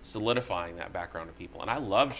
solidifying that background of people and i love